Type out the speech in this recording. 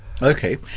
Okay